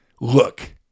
look